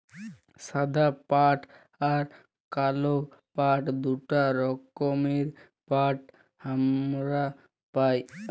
সাদা পাট আর কাল পাট দুটা রকমের পাট হামরা পাই